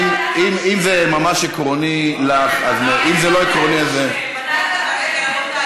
אבל אנחנו מבקשים שזה יהיה בוועדת החוץ והביטחון.